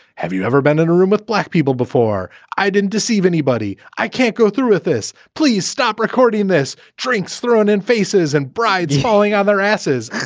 have you ever been in a room with black people before? i didn't deceive anybody. i can't go through with this. please stop recording this. drinks drinks thrown in faces and brides falling on their asses.